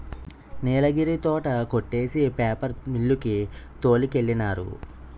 నీలగిరి తోట కొట్టేసి paper mill కి తోలికెళ్ళినారు